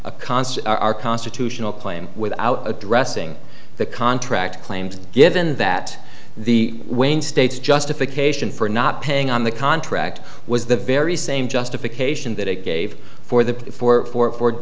a const our constitutional claim without addressing the contract claims given that the wayne states justification for not paying on the contract was the very same justification that i gave for the four